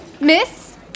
Miss